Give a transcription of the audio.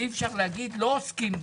אי אפשר לומר: לא עוסקים בזה.